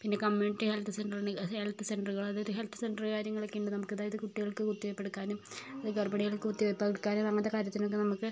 പിന്നെ community health സെൻ്ററുകൾ ഉണ്ട് ഹെൽത്ത് സെൻ്ററുകള് അതായത് ഹെൽത്ത് സെൻ്റർ കാര്യങ്ങളൊക്കെ ഉണ്ട് നമുക്ക് അതായത് കുട്ടികൾക്ക് കുത്തിവെപ്പ് എടുക്കാനും അല്ലെങ്കിൽ ഗർഭിണികൾക്ക് കുത്തിവെയ്പ്പ് എടുക്കാനും അങ്ങനത്തെ കാര്യത്തിനൊക്കെ നമുക്ക്